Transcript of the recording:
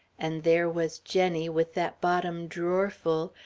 and there was jenny, with that bottom drawerful,